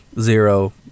Zero